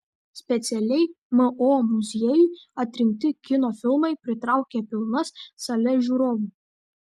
specialiai mo muziejui atrinkti kino filmai pritraukia pilnas sales žiūrovų